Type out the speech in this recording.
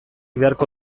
beharko